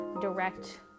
direct